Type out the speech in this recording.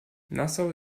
nassau